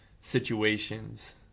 situations